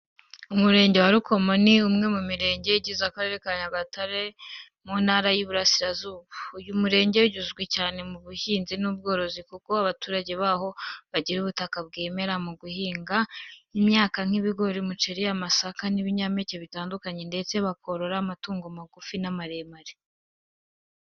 Umurenge wa Rukomo ni umwe mu mirenge igize Akarere ka Nyagatare, mu Ntara y’Iburasirazuba. Uyu murenge uzwi cyane mu buhinzi n’ubworozi kuko abaturage baho bagira ubutaka bwera mu guhinga imyaka nk’ibigori, umuceri, amasaka n’ibinyampeke bitandukanye, ndetse bakorora n’amatungo magufi n’amaremare.